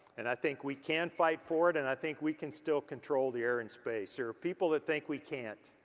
and i think we can fight for it and i think we can still control the air and space. there are people that think we can't.